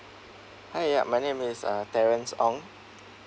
hi yup my name is uh terence ong